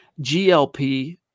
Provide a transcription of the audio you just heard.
GLP